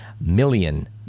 million